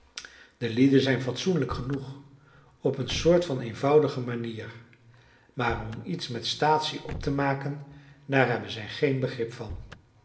de lieden zijn fatsoenlijk genoeg op eene soort van eenvoudige manier maar om iets met staatsie op te maken daar hebben zij geen begrip van